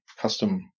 custom